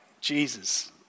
Jesus